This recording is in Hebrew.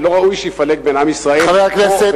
ולא ראוי שיפלג בין עם ישראל פה ושם.